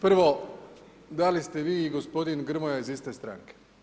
Prvo, da li ste vi i gospodin Grmoja iz iste stranke?